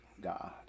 God